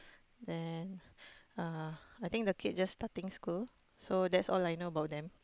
then uh I think the kid just starting school so that's all I know about them